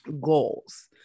goals